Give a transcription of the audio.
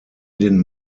den